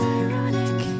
ironic